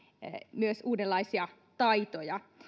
myös uudenlaisia taitoja